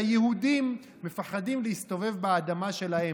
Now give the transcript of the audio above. והיהודים מפחדים להסתובב באדמה שלהם,